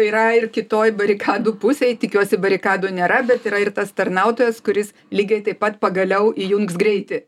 yra ir kitoj barikadų pusėj tikiuosi barikadų nėra bet yra ir tas tarnautojas kuris lygiai taip pat pagaliau įjungs greitį